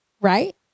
right